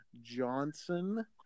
Johnson